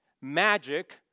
magic